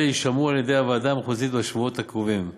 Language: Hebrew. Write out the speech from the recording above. ואלה יישמעו על-ידי הוועדה המחוזית בשבועות הקרובים.